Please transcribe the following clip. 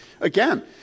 Again